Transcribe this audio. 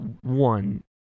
one